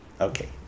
Okay